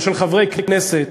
או של חברי כנסת,